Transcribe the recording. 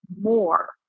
more